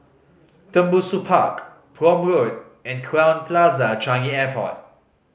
Tembusu Park Prome Road and Crowne Plaza Changi Airport